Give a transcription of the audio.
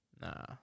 Nah